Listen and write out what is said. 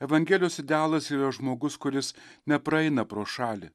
evangelijos idealas yra žmogus kuris nepraeina pro šalį